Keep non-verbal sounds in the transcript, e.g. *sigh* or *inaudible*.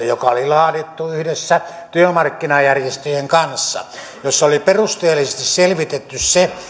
*unintelligible* joka oli laadittu yhdessä työmarkkinajärjestöjen kanssa ja jossa oli perusteellisesti selvitetty se